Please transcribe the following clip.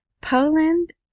Poland